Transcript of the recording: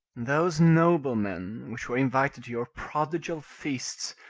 those noblemen which were invited to your prodigal feasts,